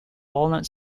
walnut